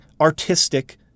artistic